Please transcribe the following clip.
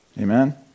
Amen